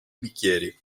bicchieri